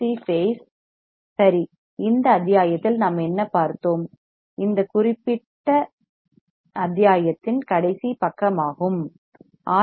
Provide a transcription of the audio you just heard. சிRC பேஸ் சரி இந்த அத்தியாயத்தில் நாம் என்ன பார்த்தோம் இது இந்த குறிப்பிட்ட அத்தியாயத்தின் கடைசி பக்கமாகும் ஆர்